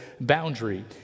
boundary